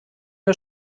der